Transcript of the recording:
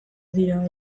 dira